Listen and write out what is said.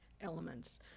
elements